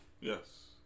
Yes